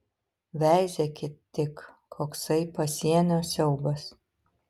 veizėkit tik koksai pasienio siaubas